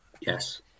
Yes